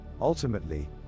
Ultimately